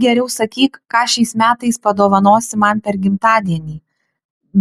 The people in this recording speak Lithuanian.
geriau sakyk ką šiais metais padovanosi man per gimtadienį